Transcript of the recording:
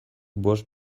bost